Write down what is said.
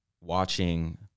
watching